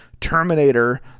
terminator